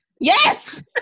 yes